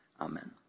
Amen